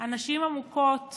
הנשים המוכות